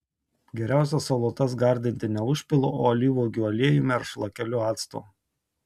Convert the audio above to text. geriausia salotas gardinti ne užpilu o alyvuogių aliejumi ar šlakeliu acto